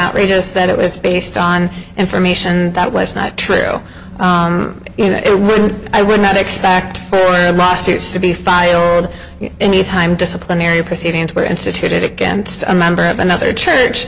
outrageous that it was based on information that was not true oh in a room i would not expect lawsuits to be filed anytime disciplinary proceedings were instituted against a member of another church